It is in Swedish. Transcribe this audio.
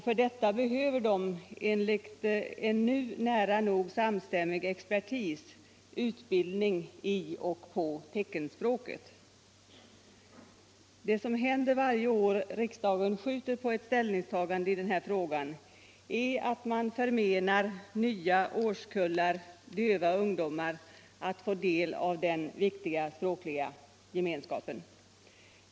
För detta behöver de, enligt en nu nära nog samstämmig expertis, utbildning i och på teckenspråket. Vad som händer varje år riksdagen skjuter på ett ställningstagande i denna fråga är att man förmenar nya årskullar döva ungdomar att få del av den viktiga språkliga gemenskapen.